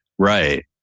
Right